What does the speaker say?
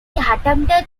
attempted